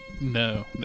No